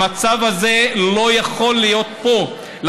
המצב הזה לא יכול להיות פה.